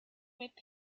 with